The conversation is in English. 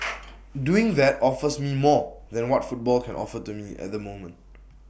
doing that offers me more than what football can offer to me at the moment